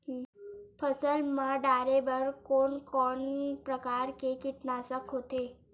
फसल मा डारेबर कोन कौन प्रकार के कीटनाशक होथे?